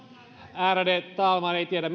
ärade talman ei tiedä